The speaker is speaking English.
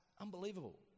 Unbelievable